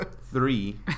three